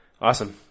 Awesome